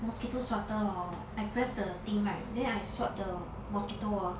mosquitoes swatter hor I press the thing right then I swat the mosquito hor